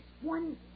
one